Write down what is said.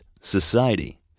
society